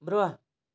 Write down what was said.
برٛونٛہہ